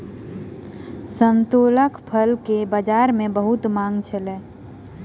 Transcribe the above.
संतोलाक फल के बजार में बहुत मांग छल